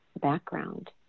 background